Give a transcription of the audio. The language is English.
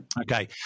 Okay